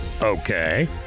Okay